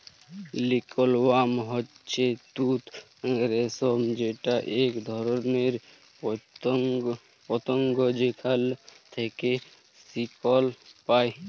silk worm হচ্যে তুত রেশম যেটা এক ধরণের পতঙ্গ যেখাল থেক্যে সিল্ক হ্যয়